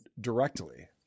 directly